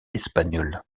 espagnole